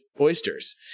Oysters